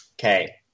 Okay